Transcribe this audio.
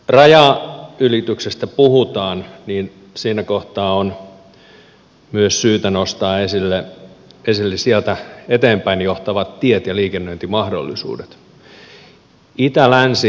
kun rajanylityksestä puhutaan niin siinä kohtaa on myös syytä nostaa esille sieltä eteenpäin johtavat tiet ja liikennöintimahdollisuudet